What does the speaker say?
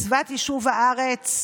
מצוות יישוב הארץ,